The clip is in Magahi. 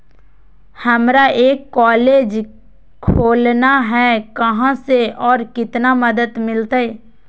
हमरा एक कॉलेज खोलना है, कहा से और कितना मदद मिलतैय?